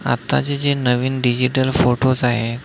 आत्ताचे जे नवीन डिजिटल फोटोज आहे